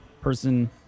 person